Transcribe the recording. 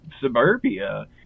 suburbia